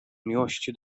miłości